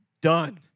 done